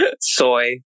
Soy